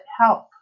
help